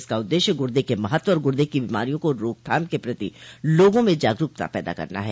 इसका उद्देश्य गुर्दे के महत्व और गुर्दे की बीमारियों की रोकथाम के प्रति लोगों में जागरूकता पैदा करना है